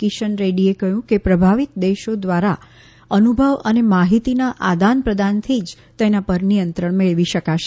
કિશન રેડીએ કહ્યું કે પ્રભાવિત દેશો દ્વારા અનુભવ અને માહિતીના આદાન પ્રદાનથી જ તેના પર નિયંત્રણ મેળવી શકાશે